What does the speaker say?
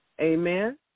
Amen